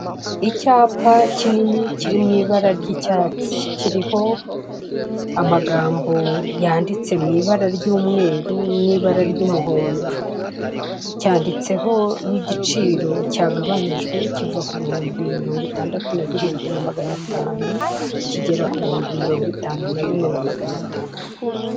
Icyapa kinini kiri mu ibara ry'icyatsi kiriho amagambo yanditse mu ibara ry'umweru n'ibara ry'umuhondo, cyanditseho n'igiciro cyagabanyijwe kiva ku bihumbi mirongo itandatu na birindwi na magana atanu kigera ku bihumbi mirongo itanu na bine na magana atanu.